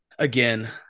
Again